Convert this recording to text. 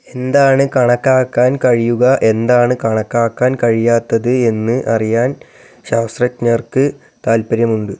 എന്താണ് കണക്കാക്കാൻ കഴിയുക എന്താണ് കണക്കാക്കാൻ കഴിയാത്തത് എന്ന് അറിയാൻ ശാസ്ത്രജ്ഞർക്ക് താൽപ്പര്യമുണ്ട്